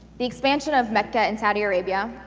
the expansion of mecca in saudi arabia,